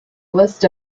list